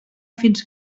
fins